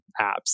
apps